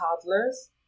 toddlers